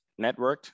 networked